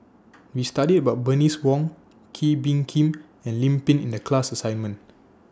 We studied about Bernice Wong Kee Bee Khim and Lim Pin in The class assignment